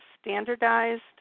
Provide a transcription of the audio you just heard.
standardized